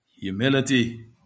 Humility